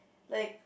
like